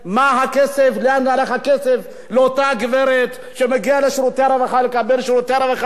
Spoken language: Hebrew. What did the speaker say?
לאן הלך הכסף של אותה גברת שמגיעה לשירותי הרווחה לקבל שירותי רווחה.